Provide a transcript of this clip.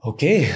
Okay